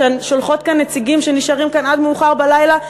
ששולחות לכאן נציגים שנשארים כאן עד מאוחר בלילה,